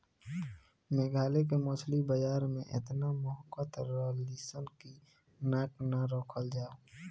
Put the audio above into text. मेघालय के मछली बाजार में एतना महकत रलीसन की नाक ना राखल जाओ